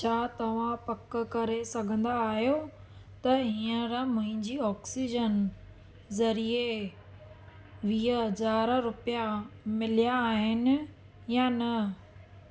छा तव्हां पक करे सघंदा आहियो त हीअंर मुंहिंजी ऑक्सीजन ज़रिए वीह हज़ार रुपिया मिलिया आहिनि या न